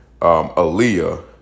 Aaliyah